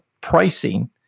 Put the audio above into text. pricing